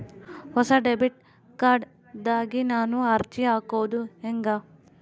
ಹೊಸ debit card ಗಾಗಿ ನಾನು ಅರ್ಜಿ ಹಾಕೊದು ಹೆಂಗ?